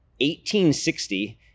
1860